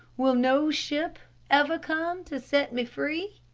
will no ship ever come to set me free?